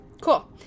Cool